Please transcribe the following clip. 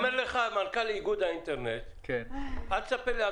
אומר לך מנכ"ל איגוד האינטרנט שלא תספר לו על